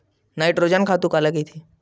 Nitrogen खातु काला कहिथे?